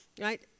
Right